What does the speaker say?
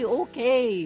okay